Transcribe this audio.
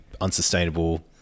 unsustainable